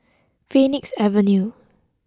Phoenix Avenue